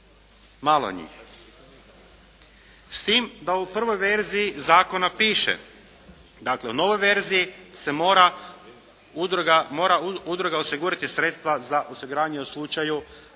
Malo njih. S tim da u prvoj verziji zakona piše, dakle u novoj verziji se mora udruga osigurati sredstva za osiguranje u slučaju